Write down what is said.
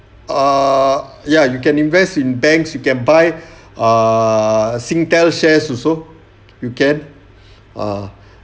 ah ya you can invest in banks you can buy ah singtel shares also you can ah